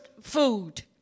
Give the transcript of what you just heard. food